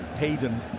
Hayden